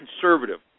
conservative